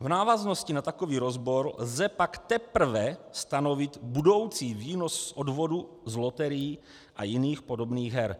V návaznosti na takový rozbor lze pak teprve stanovit budoucí výnos z odvodu z loterií a jiných podobných her.